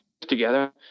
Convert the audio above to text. together